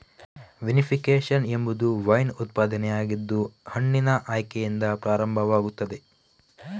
vinification ಎಂಬುದು wine ಉತ್ಪಾದನೆಯಾಗಿದ್ದು ಹಣ್ಣಿನ ಆಯ್ಕೆಯಿಂದ ಪ್ರಾರಂಭವಾಗುತ್ತದೆ